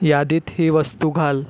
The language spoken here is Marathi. यादीत ही वस्तू घाल